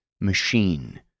machine